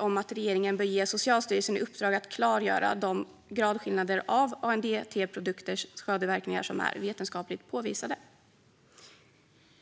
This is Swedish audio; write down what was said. om att regeringen bör ge Socialstyrelsen i uppdrag att klargöra de gradskillnader av ANDT-produkters skadeverkningar som är vetenskapligt påvisade.